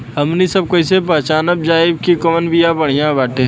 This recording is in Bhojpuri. हमनी सभ कईसे पहचानब जाइब की कवन बिया बढ़ियां बाटे?